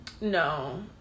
no